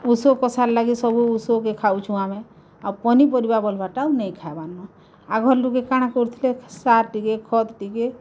ଓଷୋ କଷା ଲାଗିର୍ ସବୁ ଉଷକେ ଖାଉଛୁଁ ଆମେ ଆଉ ପନିପରିବା ବଲବାର୍ଟା ଆଉ ନେଇ ଖାଏବାର୍ ନଁ ଆଘର୍ ଲୁକେ କାଣା କରୁଥିଲେ ସାର୍ ଟିକେ ଖତ୍ ଟିକେ